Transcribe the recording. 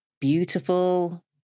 beautiful